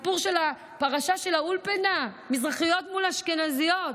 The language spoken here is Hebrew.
הפרשה של האולפנה, מזרחיות מול אשכנזיות.